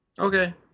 Okay